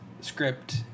script